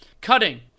Cutting